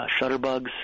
Shutterbugs